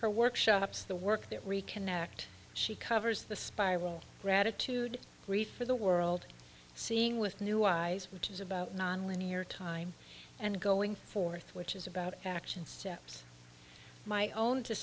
her workshops the work that reconnect she covers the spiral gratitude for the world seeing with new eyes which is about non linear time and going forth which is about action steps my own